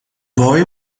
boy